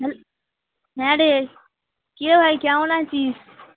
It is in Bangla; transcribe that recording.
বল হ্যাঁ রে কি রে ভাই কেমন আছিস